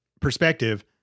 perspective